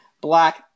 black